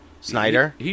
Snyder